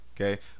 Okay